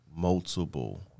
Multiple